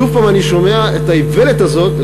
שוב אני שומע את האיוולת הזאת,